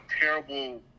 terrible